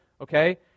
okay